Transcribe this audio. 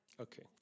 Okay